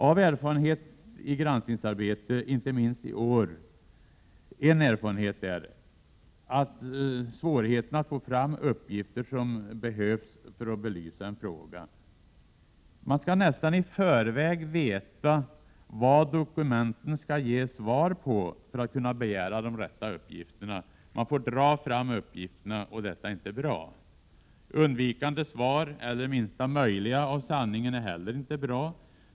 En erfarenhet av granskningsarbetet — inte minst i år — är att det är svårt att få fram uppgifter som behövs för att belysa en fråga. Man skall nästan i förväg veta vad dokumenten skall ge svar på för att kunna begära de rätta uppgifterna. Man får dra fram uppgifterna. Detta är inte bra. Undvikande svar eller minsta möjliga av sanningen är heller inte bra.